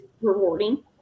rewarding